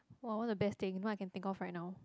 !wah! one of the best thing you know I can think of right now